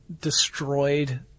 destroyed